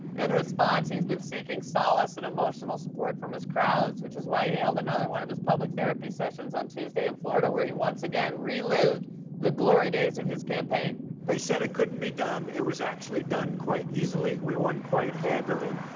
in response, he's been seeking solace and emotional support from his crowds, which is why he held another one of his public therapist sessions on tuesday in florida, where he once again relived the glory days of his campaign. they said it couldn't be done. it was actually done quite easily. we won quite handily.